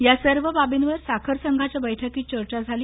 या सर्व बाबीवर साखर संघाच्या बैठकीत चर्चा करण्यात आली